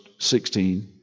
16